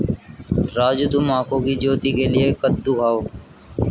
राजू तुम आंखों की ज्योति के लिए कद्दू खाओ